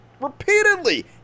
repeatedly